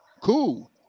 Cool